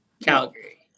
Calgary